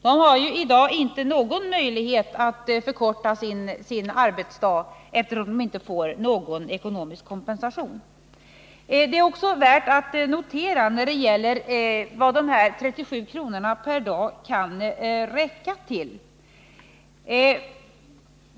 De har i dag inte någon möjlighet att förkorta sin arbetsdag, eftersom de inte får någon ekonomisk kompensation. Det är också värt att notera vad dessa 37 kr. per dag kan räcka till.